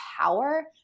power